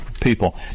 people